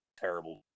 terrible